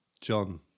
John